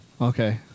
Okay